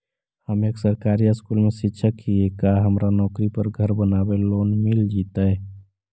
हम एक सरकारी स्कूल में शिक्षक हियै का हमरा नौकरी पर घर बनाबे लोन मिल जितै?